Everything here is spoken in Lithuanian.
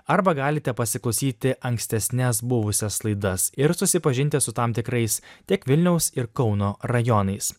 arba galite pasiklausyti ankstesnes buvusias laidas ir susipažinti su tam tikrais tiek vilniaus ir kauno rajonais